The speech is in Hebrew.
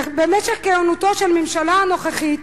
במשך כהונתה של הממשלה הנוכחית